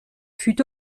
fut